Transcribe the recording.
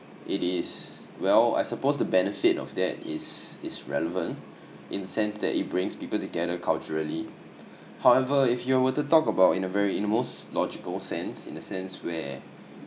it is well I suppose the benefit of that is is relevant in a sense that it brings people together culturally however if you were to talk about in a very in a most logical sense in a sense where